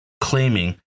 claiming